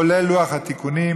כולל לוח התיקונים.